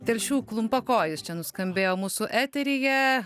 telšių klumpakojis čia nuskambėjo mūsų eteryje